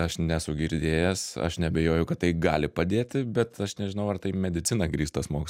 aš nesu girdėjęs aš neabejoju kad tai gali padėti bet aš nežinau ar tai medicina grįstas moksl